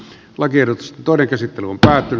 lakiehdotus todekäsitteluun päättyy